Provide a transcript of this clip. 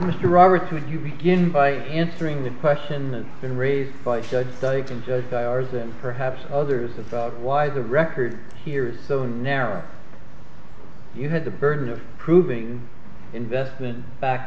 mr roberts would you begin by answering the question that's been raised by judge study can judge by ours and perhaps others about why the record here is so narrow you had the burden of proving investment back